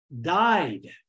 died